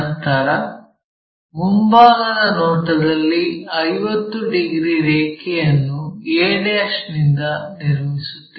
ನಂತರ ಮುಂಭಾಗದ ನೋಟದಲ್ಲಿ 50 ಡಿಗ್ರಿ ರೇಖೆಯನ್ನು a ನಿಂದ ನಿರ್ಮಿಸುತ್ತೇವೆ